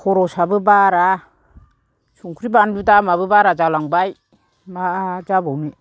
खरसआबो बारा संख्रि बानलु दामाबो बारा जालांबाय मा जाबावनो